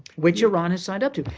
which iran has signed up to.